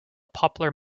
popular